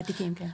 מהתיקים כן.